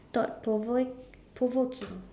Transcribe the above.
thought provoke provoking